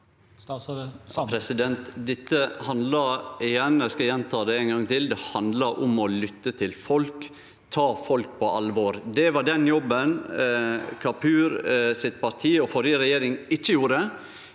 til: Dette handlar om å lytte til folk, ta folk på alvor. Det var den jobben Kapurs parti og førre regjering ikkje gjorde.